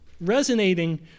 resonating